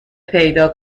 پیدا